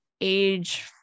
age